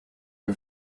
are